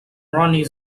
ronnie